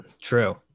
True